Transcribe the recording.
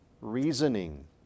reasoning